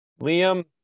Liam